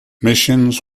missions